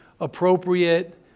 appropriate